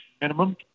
minimum